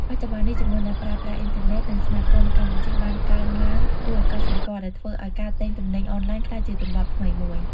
បច្ចុប្បន្ននេះ ចំនួនអ្នកប្រើប្រាស់អ៊ីនធឺណិត និងស្មាតហ្វូននៅកម្ពុជាបានកើនឡើងគួរឱ្យកត់សម្គាល់ ដែលធ្វើឱ្យការទិញទំនិញអនឡាញក្លាយជាទម្លាប់ថ្មីមួយ។